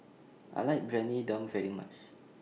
I like Briyani Dum very much